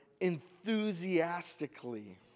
enthusiastically